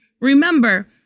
remember